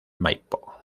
maipo